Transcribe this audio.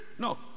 No